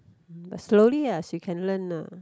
but slowly uh she can learn lah